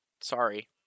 Sorry